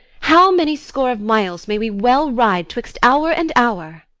how many score of miles may we well ride twixt hour and hour?